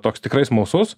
toks tikrai smalsus